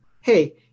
hey